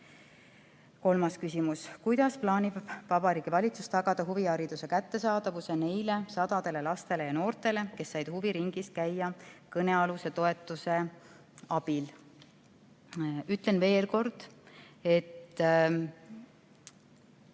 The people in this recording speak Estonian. Kolmas küsimus: "Kuidas plaanib Vabariigi Valitsus tagada huvihariduse kättesaadavuse neile sadadele lastele ja noortele, kes said huviringis käia kõnealuse toetusmeetme abil?" Ütlen veel kord, et